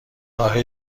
راه